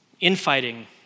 infighting